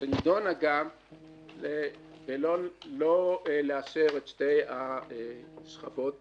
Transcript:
שנידונה ולא לאשר את שתי השכבות בפירמידה,